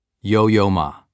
yo-yo-ma